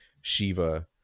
shiva